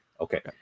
Okay